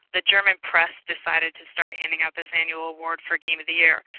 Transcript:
the german press decided to start handing out this annual award for game of the year,